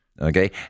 Okay